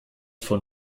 von